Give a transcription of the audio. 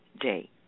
day